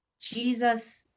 Jesus